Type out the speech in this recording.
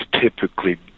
typically